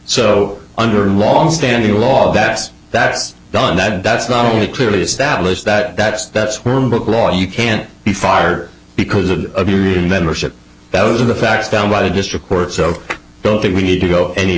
so under longstanding law that that's done that that's not clearly established that that's that's one book law you can't be fired because a membership those are the facts down by the district court so i don't think we need to go any